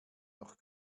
noch